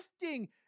gifting